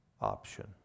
option